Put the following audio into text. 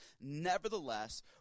Nevertheless